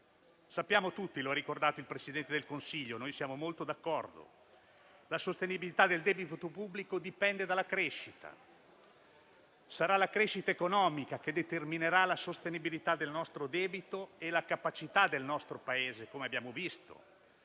Sappiamo tutti - lo ha ricordato il Presidente del Consiglio e noi siamo d'accordo - che la sostenibilità del debito pubblico dipende dalla crescita: sarà la crescita economica che determinerà la sostenibilità del nostro debito e la capacità del nostro Paese, come abbiamo visto,